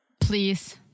please